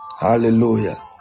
Hallelujah